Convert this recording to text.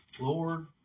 Lord